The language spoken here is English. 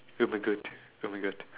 oh my god oh my god